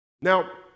Now